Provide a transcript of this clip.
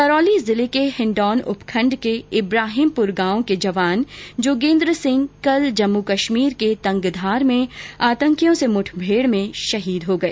करौली जिले के हिण्डौन उपखण्ड के इब्राहिमपुर गांव के जवान जोगेन्द्र सिंह कल जम्मूकश्मीर के तंगधार में आतंकियों से मुठभेड में शहीद हो गए